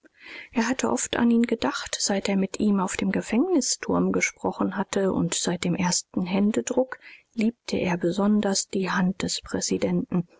er hatte oft an ihn gedacht seit er mit ihm auf dem gefängnisturm gesprochen hatte und seit dem ersten händedruck liebte er besonders die hand des präsidenten